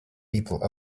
people